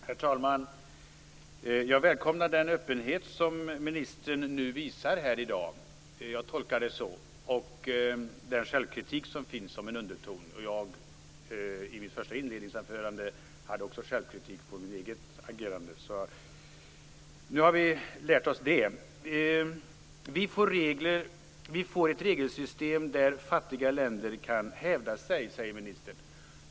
Herr talman! Jag välkomnar den öppenhet som ministern visar här i dag och den självkritik som finns som en underton i det han säger. I mitt inledningsanförande gav också jag uttryck för självkritik gentemot mitt eget agerande. Nu har vi lärt oss det. Vi får ett regelsystem som innebär att fattiga länder kan hävda sig, säger ministern.